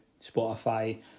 Spotify